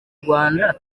rwanda